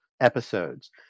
episodes